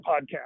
podcast